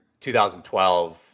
2012